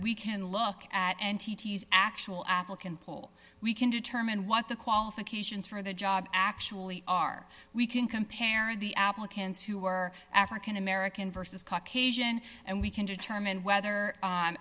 we can look at and actual applicant pool we can determine what the qualifications for the job actually are we can compare the applicants who were african american versus caucasian and we can determine whether